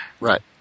Right